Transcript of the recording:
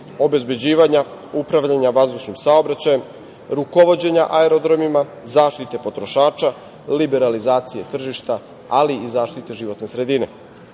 obezbeđivanja, upravljanja vazdušnim saobraćajem, rukovođenja aerodromima, zaštite potrošača, liberalizacije tržišta, ali i zaštite životne sredine. Inače,